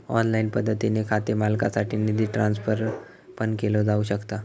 online पद्धतीने खाते मालकासाठी निधी ट्रान्सफर पण केलो जाऊ शकता